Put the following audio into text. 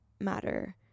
matter